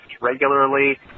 regularly